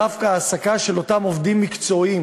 דווקא העסקה של אותם עובדים מקצועיים